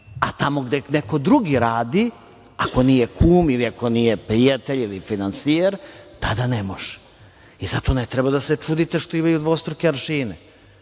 a tamo gde neko drugi radi, ako nije kum ili ako nije prijatelj ili finansijer, tada ne može i zato ne treba da se čudite što imaju dvostruke aršine,